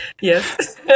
Yes